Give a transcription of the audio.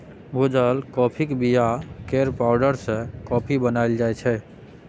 भुजल काँफीक बीया केर पाउडर सँ कॉफी बनाएल जाइ छै